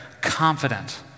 confident